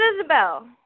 Isabel